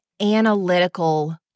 analytical